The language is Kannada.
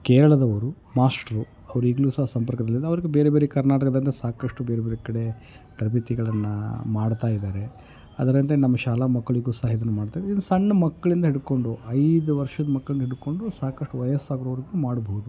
ಕೇರಳದವರು ಮಾಸ್ಟ್ರು ಅವ್ರು ಈಗಲೂ ಸಹ ಸಂಪರ್ಕದಲ್ಲಿ ಇದ್ದಾರೆ ಅವ್ರಿಗು ಬೇರೆ ಬೇರೆ ಕರ್ನಾಟಕದಂತೆ ಸಾಕಷ್ಟು ಬೇರೆ ಬೇರೆ ಕಡೆ ತರಬೇತಿಗಳನ್ನು ಮಾಡ್ತಾ ಇದ್ದಾರೆ ಅದರಂತೆ ನಮ್ಮ ಶಾಲಾ ಮಕ್ಕಳಿಗೂ ಸಹ ಇದನ್ನು ಮಾಡ್ತಾ ಇದೆ ಇದು ಸಣ್ಣ ಮಕ್ಕಳಿಂದ ಹಿಡಕೊಂಡು ಐದು ವರ್ಷದ ಮಕ್ಕಳನ್ನು ಹಿಡಕೊಂಡು ಸಾಕಷ್ಟು ವಯಸ್ಸಾಗಿರೋವರ್ಗೂ ಮಾಡಬಹುದು